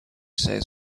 says